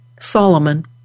Solomon